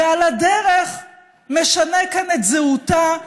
ועל הדרך משנה כאן את זהותה,